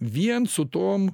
vien su tom